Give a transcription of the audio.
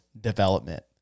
development